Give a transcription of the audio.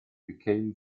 became